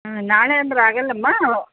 ಹಾಂ ನಾಳೆ ಅಂದ್ರೆ ಆಗಲ್ಲಮ್ಮಾ